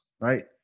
right